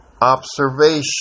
observation